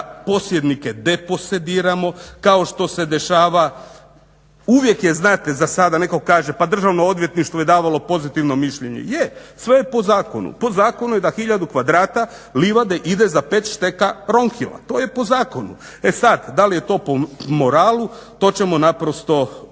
da posjednike deposediramo, kao što se dešava. Uvijek je znate za sada neko kaže pa državno odvjetništvo je davalo pozitivno mišljenje, je sve je po zakonu, po zakonu je da tisuću kvadrata livade ide za 5 šteka Ronhilla, to je po zakonu. E sad, da li je to po moralu to ćemo naprosto